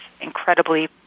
incredibly